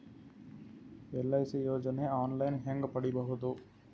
LIC ಯೋಜನೆ online ಹೇಂಗ ಪಡಿಬಹುದು?